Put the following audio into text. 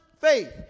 faith